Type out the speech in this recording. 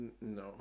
No